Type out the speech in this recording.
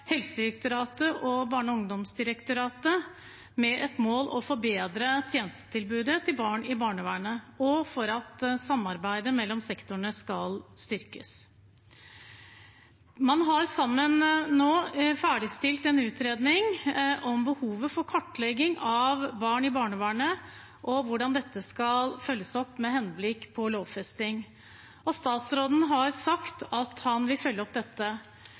Helsedirektoratet og Barne-, ungdoms- og familiedirektoratet med mål om å forbedre tjenestetilbudet til barn i barnevernet og at samarbeidet mellom sektorene skal styrkes. Man har nå sammen ferdigstilt en utredning om behovet for kartlegging av barn i barnevernet, og hvordan dette skal følges opp med henblikk på lovfesting. Statsråden har sagt at han vil følge opp dette.